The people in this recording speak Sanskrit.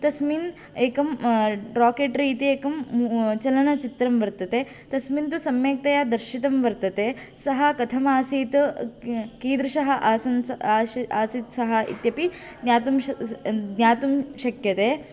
तस्मिन् एकं ड्राकेट्रि इति एकं चलनचित्रं वर्तते तस्मिन् तु सम्यक्तया दर्शितं वर्तते सः कथमासीत् की कीदृशः आसन् आसीत् सः इत्यपि ज्ञातुं स ज्ञातुं शक्यते